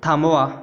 थांबवा